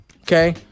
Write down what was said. Okay